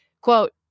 quote